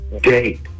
date